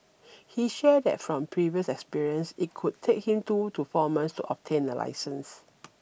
he shared that from previous experience it could take him two to four months to obtain a licence